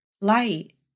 Light